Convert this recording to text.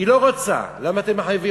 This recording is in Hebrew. היא לא רוצה, למה אתם מחייבים?